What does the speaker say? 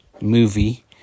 movie